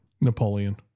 napoleon